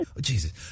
Jesus